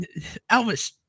Elvis